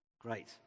Great